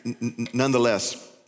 nonetheless